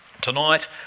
Tonight